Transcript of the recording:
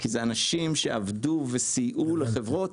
כי אלה אנשים שעבדו וסייעו לחברות,